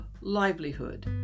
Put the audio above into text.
livelihood